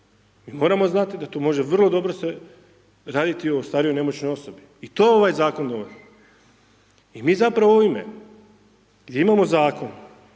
Mi moramo znati da tu može vrlo dobro se raditi o starijoj nemoćnoj osobi i to ovaj Zakon govori. I mi zapravo ovime gdje imamo Zakon